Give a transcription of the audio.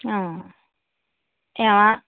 অ এঁয়া